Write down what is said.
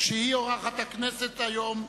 היא אורחת הכנסת היום,